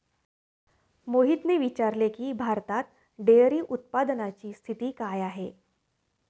मोहितने विचारले की, भारतात डेअरी उत्पादनाची स्थिती काय आहे?